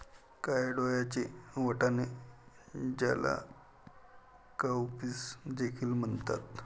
काळ्या डोळ्यांचे वाटाणे, ज्याला काउपीस देखील म्हणतात